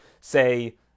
say